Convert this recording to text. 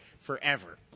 forever